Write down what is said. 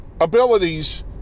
abilities